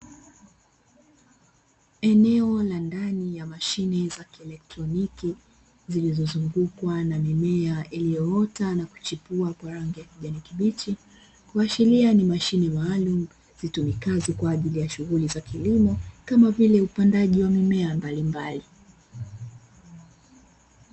Eneo la ndani ya mashine za kielektroniki zilizozungukwa na mimea iliyoota na kuchipua kwa rangi ya kijani kibichi, kuashiria ni mashine maalumu zitumikazo kwaajili ya shughuli za kilimo kama vile upandaji wa mimea mbalimbali.